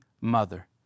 mother